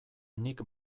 nik